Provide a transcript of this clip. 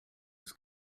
was